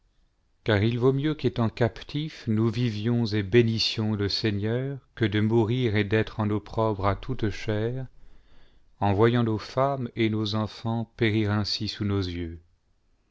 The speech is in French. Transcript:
car il vaut mieux qu'étant captifs nous vivions et bénissions le seigneur que de mourir et d'être en opprobre à a toute chair en voyant nos femmes et nos enfants périr ainsi sous nos yeux